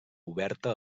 oberta